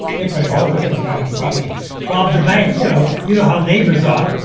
they'd probably go, oh, look at this guy. he's probably robbed a bank. you know you know how neighbors are.